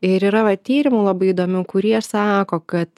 ir yra va tyrimu labai įdomių kurie sako kad